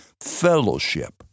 fellowship